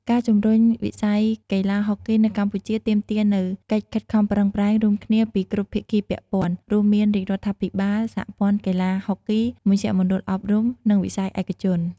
ការជំរុញវិស័យកីឡាហុកគីនៅកម្ពុជាទាមទារនូវកិច្ចខិតខំប្រឹងប្រែងរួមគ្នាពីគ្រប់ភាគីពាក់ព័ន្ធ រួមមានរាជរដ្ឋាភិបាល សហព័ន្ធកីឡាហុកគី មជ្ឈមណ្ឌលអប់រំ និងវិស័យឯកជន។